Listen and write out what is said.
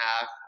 half